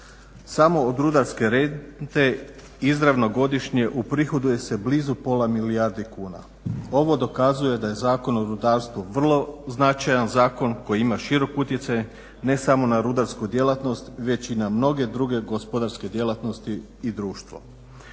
Samo od rudarske rente izravno godišnje uprihoduje se blizu pola milijarde kuna. Ovo dokazuje da je Zakon o rudarstvu vrlo značajan zakon koji ima širok utjecaj ne samo na rudarsku djelatnost već i na mnoge druge gospodarske djelatnosti i društvo.